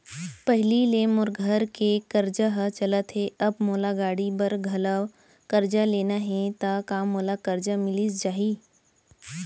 पहिली ले मोर घर के करजा ह चलत हे, अब मोला गाड़ी बर घलव करजा लेना हे ता का मोला करजा मिलिस जाही?